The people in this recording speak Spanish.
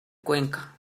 cuenca